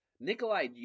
Nikolai